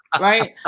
right